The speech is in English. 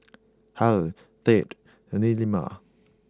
Hale Tate and Nehemiah